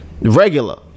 regular